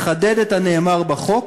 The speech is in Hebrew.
לחדד את הנאמר בחוק,